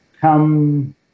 Come